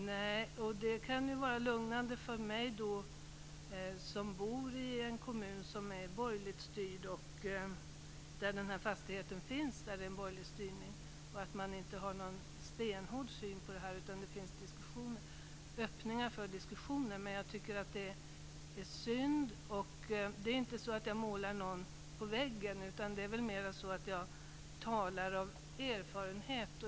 Fru talman! Det kan vara lugnande för mig som bor i en kommun som är borgerligt styrd och där den här fastigheten finns att man inte har en stenhård syn på detta utan att det finns öppningar för diskussioner. Det är inte så att jag målar någon på väggen, utan jag talar av erfarenhet.